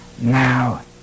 Now